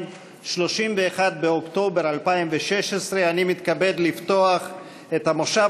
31 באוקטובר 2016. אני מתכבד לפתוח את המושב